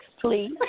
please